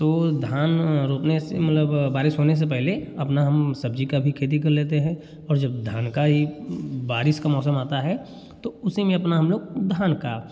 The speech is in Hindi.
तो धान रोपने से मतलब बारिश होने से पहले अपना हम सब्ज़ी का भी खेती कर लेते हैं और जब धान का ही बारिश का मौसम आता है तो उसी में अपना हम लोग धान का